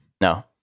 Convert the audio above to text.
No